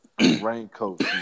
raincoat